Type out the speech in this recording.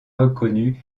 reconnu